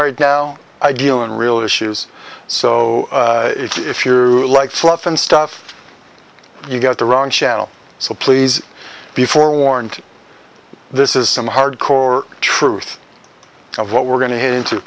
right now i get on real issues so if you're like fluff and stuff you got the wrong channel so please be forewarned this is some hardcore truth of what we're going to h